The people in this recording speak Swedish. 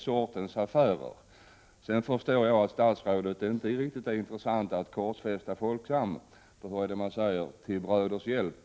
Sedan förstår jag att statsrådet inte är intresserad av att korsfästa Folksam. Hur är det man säger -— till bröders hjälp?